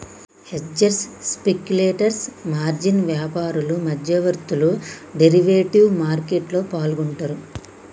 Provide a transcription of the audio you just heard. hedgers, speculators, margin వ్యాపారులు, మధ్యవర్తులు derivative మార్కెట్లో పాల్గొంటరు